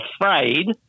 afraid